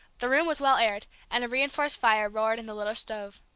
the room was well aired, and a reinforced fire roared in the little stove.